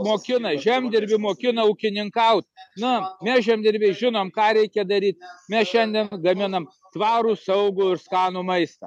mokina žemdirbį mokina ūkininkaut na mes žemdirbiai žinom ką reikia daryt mes šiandien gaminam tvarų saugų ir skanų maistą